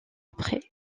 après